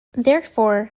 therefore